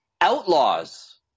Outlaws